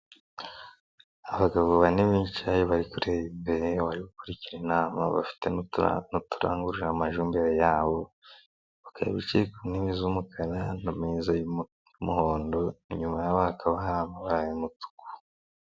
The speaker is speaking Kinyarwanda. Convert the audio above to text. Abagabo bane bicaye bari kureba imbere bari gukurikira inama bafite n'ututurangururiramajwi imbere yabo bakaba bicaye ku ntebe z'umukara n'ameza y'umuhondo nyuma yabo hakaba hari amabara y'umutuku.